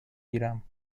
گیرم